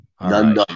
none